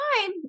time